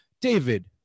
David